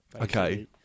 okay